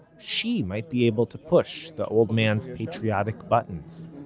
she might be able to push the old man's patriotic buttons